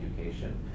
education